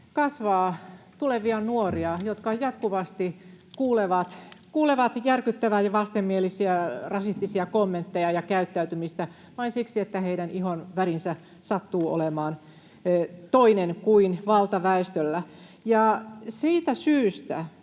kasvaa tulevia nuoria, jotka jatkuvasti kuulevat järkyttäviä ja vastenmielisiä rasistisia kommentteja ja käyttäytymistä, vain siksi että heidän ihonvärinsä sattuu olemaan toinen kuin valtaväestöllä. Siitä syystä